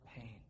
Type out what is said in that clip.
pain